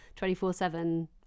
24-7